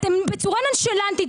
אתם בצורה נונשלנטית,